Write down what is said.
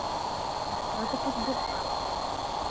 हाँ तो कुछ बुक्स